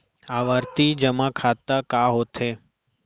आवर्ती जेमा खाता का होथे?